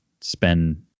spend